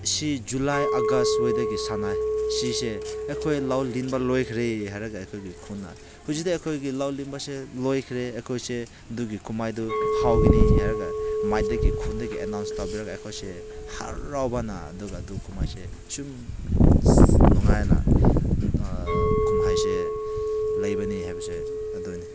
ꯁꯤ July August ꯋꯥꯏꯗꯒꯤ ꯁꯥꯟꯅꯩ ꯁꯤꯁꯦ ꯑꯩꯈꯣꯏ ꯂꯧ ꯂꯤꯡꯕ ꯂꯣꯏꯈ꯭ꯔꯦ ꯍꯥꯏꯔꯒ ꯑꯩꯈꯣꯏꯒꯤ ꯈꯨꯟꯅ ꯍꯧꯖꯤꯛꯇꯤ ꯑꯩꯈꯣꯏꯒꯤ ꯂꯧ ꯂꯤꯡꯕꯁꯦ ꯂꯣꯏꯈ꯭ꯔꯦ ꯑꯩꯈꯣꯏꯁꯦ ꯑꯗꯨꯒꯤ ꯀꯨꯝꯍꯩꯗꯨ ꯍꯧꯒꯅꯤ ꯍꯥꯏꯔꯒ ꯃꯥꯏꯌꯦꯞꯇꯒꯤ ꯈꯨꯟꯗꯒꯤ ꯑꯦꯅꯥꯎꯁ ꯇꯧꯕꯤꯔꯒ ꯑꯩꯈꯣꯏꯁꯦ ꯍꯔꯥꯎꯕꯅ ꯑꯗꯨꯒ ꯑꯗꯨ ꯀꯨꯝꯍꯩꯁꯦ ꯁꯨꯝ ꯅꯨꯡꯉꯥꯏꯅ ꯀꯨꯝꯍꯩꯁꯦ ꯂꯩꯕꯅꯤ ꯍꯥꯏꯕꯁꯦ ꯑꯗꯨꯅꯤ